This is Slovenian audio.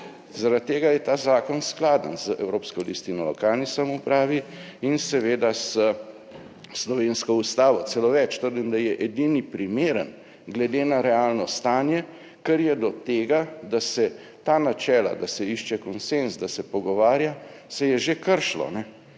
Zaradi tega je ta zakon skladen z evropsko listino o lokalni samoupravi in seveda s Slovensko ustavo, celo več, trdim da je edini primeren glede na realno stanje, ker je do tega, da se ta načela, da se išče konsenz, da se pogovarja, se je že kršilo.